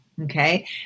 okay